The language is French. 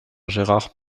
gérard